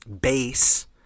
base